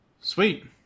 Sweet